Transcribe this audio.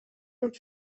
ont